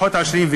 פחות עשירים,